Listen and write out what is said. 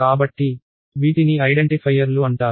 కాబట్టి వీటిని ఐడెంటిఫైయర్లు అంటారు